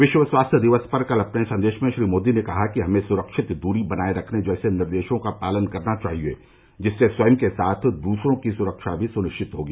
विश्व स्वास्थ्य दिवस पर कल अपने संदेश में श्री मोदी ने कहा कि हमें सुरक्षित दूरी बनाए रखने जैसे निर्देशों का पालन करना चाहिए जिससे स्वयं के साथ दूसरों की सुरक्षा भी सुनिश्चित होगी